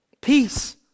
Peace